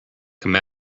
come